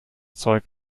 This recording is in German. zeug